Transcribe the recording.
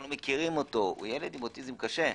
אנחנו מכירים אותו הוא ילד עם אוטיזם קשה.